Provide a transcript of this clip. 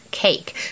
cake